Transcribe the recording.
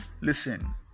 Listen